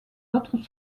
autres